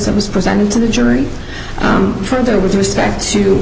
that was presented to the jury further with respect to